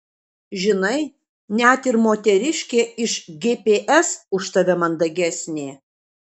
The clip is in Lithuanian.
žinai net ir moteriškė iš gps už tave mandagesnė